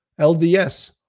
LDS